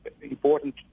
important